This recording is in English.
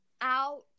out